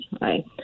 right